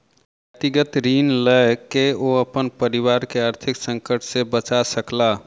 व्यक्तिगत ऋण लय के ओ अपन परिवार के आर्थिक संकट से बचा सकला